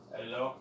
Hello